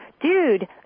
dude